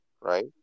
right